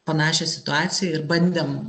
panašią situaciją ir bandėm